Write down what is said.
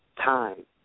time